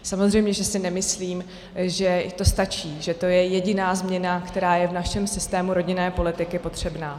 Samozřejmě že si nemyslím, že to stačí, že to je jediná změna, která je v našem systému rodinné politiky potřebná.